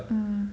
mm